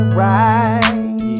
right